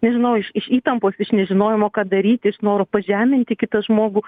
nežinau iš iš įtampos iš nežinojimo ką daryti iš noro pažeminti kitą žmogų